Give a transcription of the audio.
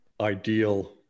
ideal